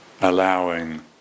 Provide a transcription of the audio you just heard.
allowing